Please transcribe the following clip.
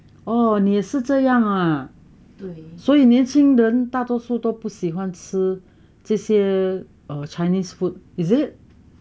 oh 你也是这样啊对所以年轻人大多数都不喜欢吃这些 chinese food is it